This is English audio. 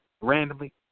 Randomly